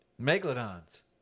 Megalodons